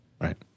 Right